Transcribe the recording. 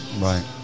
Right